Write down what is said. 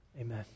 Amen